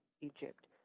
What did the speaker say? Egypt